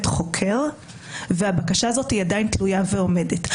חוקר והבקשה הזאת עדיין תלויה ועומדת.